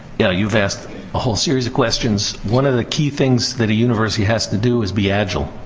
yeah you've asked a whole series of questions. one of the key things that a university has to do is be agile.